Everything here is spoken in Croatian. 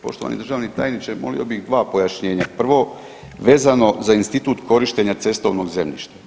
Poštovani državni tajniče, molio bih 2 pojašnjenja, prvo, vezano za institut korištenja cestovnog zemljišta.